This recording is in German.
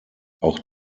auch